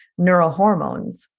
neurohormones